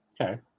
Okay